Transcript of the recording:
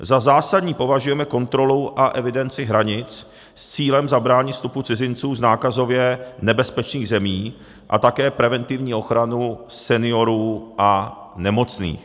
Za zásadní považujeme kontrolu a evidenci hranic s cílem zabránit vstupu cizinců z nákazově nebezpečných zemí a také preventivní ochranu seniorů a nemocných.